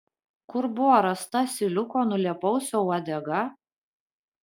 kur buvo rasta asiliuko nulėpausio uodega